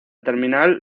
terminal